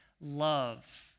love